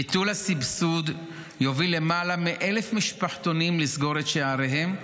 ביטול הסבסוד יוביל למעלה מ-1,000 משפחתונים לסגור את שעריהם,